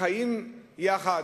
כשחיים יחד.